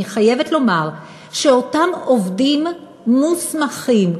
אני חייבת לומר שאותם עובדים מוסמכים,